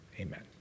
Amen